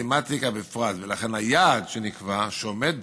ובמתמטיקה בפרט, ולכן היעד שנקבע, שעומד